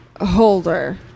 holder